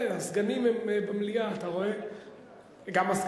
הסגנים נמצאים במליאה, אתה רואה.